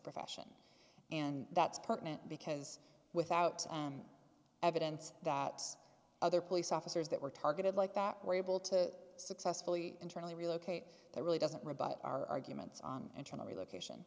profession and that's partly because without evidence that other police officers that were targeted like that were able to successfully internally relocate there really doesn't rebut our humans on internal relocation